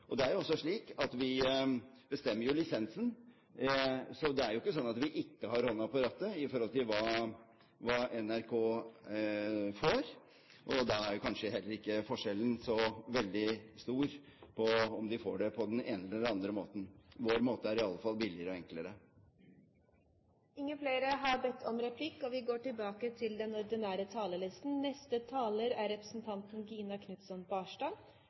statsbudsjettet. Det er jo også slik at vi bestemmer lisensen. Det er jo ikke sånn at vi ikke har hånden på rattet i forhold til hva NRK får, og da er kanskje heller ikke forskjellen så veldig stor, om de får det på den ene eller andre måten. Vår måte er i alle fall billigere og enklere. Replikkordskiftet er omme. Da Winston Churchill ble spurt om å kutte i bevilgningene til kultur under annen verdenskrig, skal han ganske enkelt ha svart: Men hva er det da vi